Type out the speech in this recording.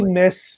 miss